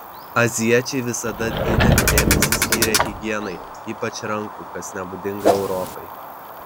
azijiečiai visada didelį dėmesį skyrė higienai ypač rankų kas nebūdinga europai